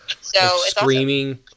Screaming